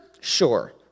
Sure